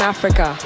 Africa